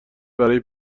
برای